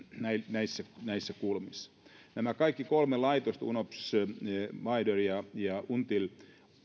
näissä näissä kulmissa nämä kaikki kolme laitosta unops wider ja until